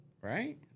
right